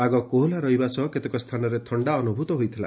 ପାଗ କୋହଲା ରହିବା ସହ କେତେକ ସ୍ଚାନରେ ଥଣ୍ତା ଅନୁଭ୍ରତ ହୋଇଥିଲା